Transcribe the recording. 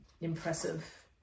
impressive